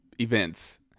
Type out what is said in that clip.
events